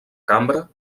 cambra